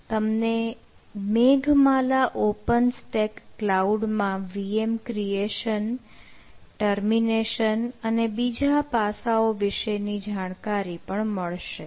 રાજેશ તમને Meghmala open stack cloud માં VM creation અને બીજા પાસાઓ વિશે જાણકારી આપશે